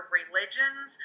religions